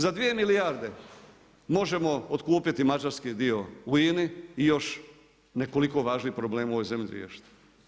Za dvije milijarde možemo otkupiti mađarski dio u INA-i i još nekoliko važnih problema u ovoj zemlji riješiti.